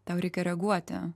tau reikia reaguoti